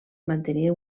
mantenir